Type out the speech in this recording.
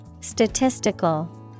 Statistical